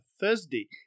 Thursday